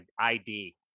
id